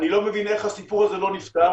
אני לא מבין איך זה לא נפתר.